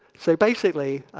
so basically,